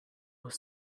was